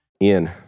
Ian